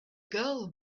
girl